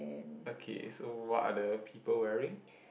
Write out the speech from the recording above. okay so what are the people wearing